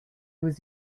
was